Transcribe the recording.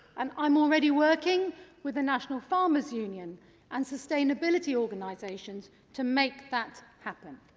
um i'm already working with the national farmers' union and sustainability organisations to make that happen.